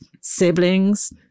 siblings